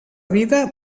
vida